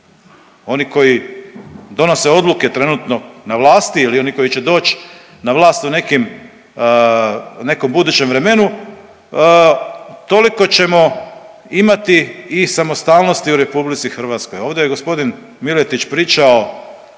oni koji donose odluke trenutno na vlasti ili oni koji će doć na vlast u nekim, u nekom budućem vremenu toliko ćemo imati i samostalnosti u RH. Ovdje je g. Miletić pričao